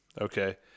Okay